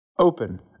Open